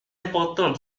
important